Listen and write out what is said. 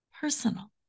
personal